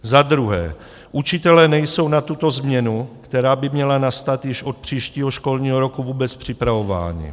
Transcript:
Za druhé, učitelé nejsou na tuto změnu, která by měla nastat již od příštího školního roku, vůbec připravováni.